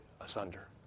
asunder